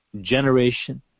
generation